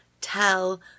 Tell